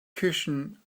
cushion